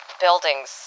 Buildings